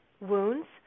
wounds